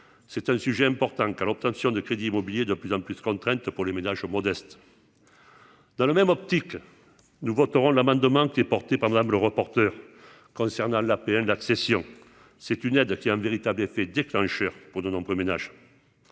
c'est un sujet important qu'à l'obtention de crédits immobiliers, de plus en plus contrainte pour les ménages modestes dans la même optique, nous voterons l'amendement qui est porté par reporteur concernant l'APL accession c'est une aide qui est un véritable effet déclencheur pour donnant peu ménage